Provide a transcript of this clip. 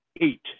eight